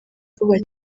vuba